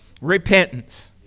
repentance